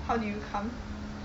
how did you come